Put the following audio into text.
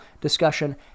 discussion